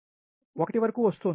1 వరకు వస్తోంది